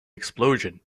explosion